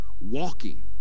Walking